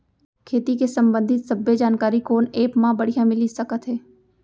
खेती के संबंधित सब्बे जानकारी कोन एप मा बढ़िया मिलिस सकत हे?